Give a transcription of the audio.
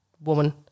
woman